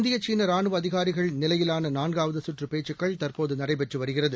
இந்திய சீன ரானுவ அதிகாரிகள் நிலையிலான நாள்காவது சுற்றுப் பேச்சுக்கள் தற்போது நடைபெற்று வருகிறது